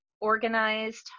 Organized